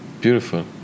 Beautiful